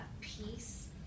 peace